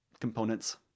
components